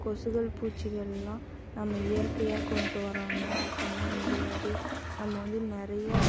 கொசுகள் பூச்சிகளெலாம் நம்ம இயற்கையாக கொண்டுட்டு வரோனால் அப்போன்னா முடியாது நம்ம வந்து நிறைய